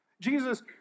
Jesus